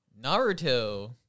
Naruto